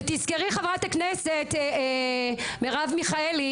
ותזכרי חברת הכנסת מרב מיכאלי,